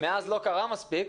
מאז לא קרה מספיק.